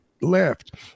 Left